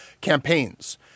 campaigns